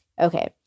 Okay